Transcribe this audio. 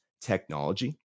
technology